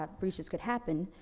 ah breaches could happen,